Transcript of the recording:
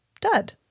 dud